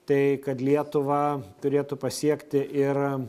tai kad lietuvą turėtų pasiekti ir